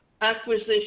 acquisition